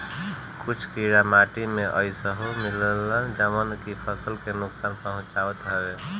कुछ कीड़ा माटी में अइसनो मिलेलन जवन की फसल के नुकसान पहुँचावत हवे